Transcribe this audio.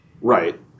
Right